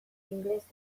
ingelesez